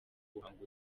guhanga